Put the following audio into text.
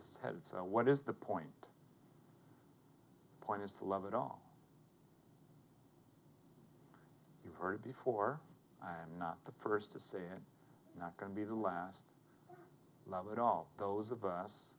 heads what is the point point is to love it all you've heard it before not the first to say and not going to be the last love but all those of us